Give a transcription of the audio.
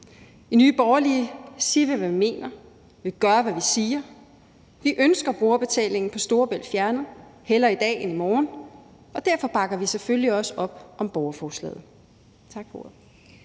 I Nye Borgerlige siger vi, hvad vi mener, vi gør, hvad vi siger, vi ønsker brugerbetalingen på Storebælt fjernet, hellere i dag end i morgen, og derfor bakker vi selvfølgelig også op om borgerforslaget. Tak for ordet.